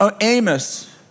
Amos